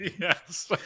Yes